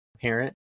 parent